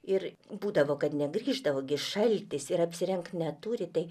ir būdavo kad negrįždavo gi šaltis ir apsirengt neturi tai